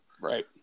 Right